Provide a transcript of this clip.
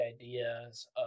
ideas